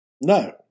No